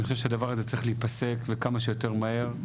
אני חושב שהדבר הזה צריך להיפסק וכמה שיותר מהר.